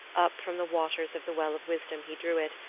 up from the waters of the well of wisdom he drew it,